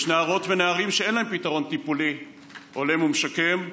יש נערות ונערים שאין להם פתרון טיפולי הולם ומשקם,